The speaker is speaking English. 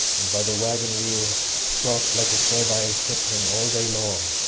and by thy waggon wheel trot, like a servile footman, all day long,